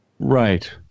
Right